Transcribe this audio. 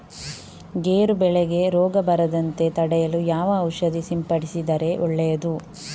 ಗೇರು ಬೆಳೆಗೆ ರೋಗ ಬರದಂತೆ ತಡೆಯಲು ಯಾವ ಔಷಧಿ ಸಿಂಪಡಿಸಿದರೆ ಒಳ್ಳೆಯದು?